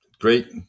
great